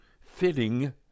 fitting